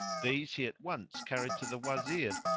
these he at once carried to the wazir,